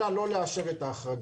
אנא, לא לאשר את ההחרגה.